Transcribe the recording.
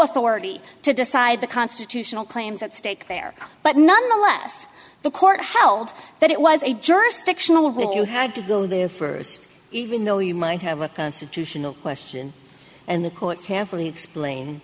authority to decide the constitutional claims at stake there but nonetheless the court held that it was a jurisdictional when you had to go there first even though you might have a constitutional question and the court carefully explain